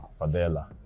Fadela